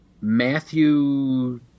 Matthew